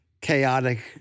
chaotic